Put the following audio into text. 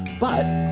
but,